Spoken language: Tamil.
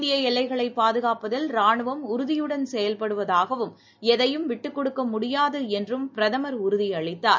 இந்தியஎல்லைகளைப் பாதுகாப்பதில் ராணுவம் உறுதியுடன் செயல்படுவதாகவும் எதையும் விட்டுக்கொடுக்கமுடியாதுஎன்றும் பிரதமர் உறுதியளித்தார்